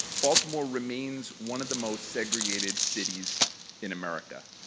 baltimore remains one of the most segregated cities in america